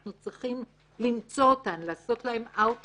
אנחנו צריכים למצוא אותן, לעשות להן outreaching,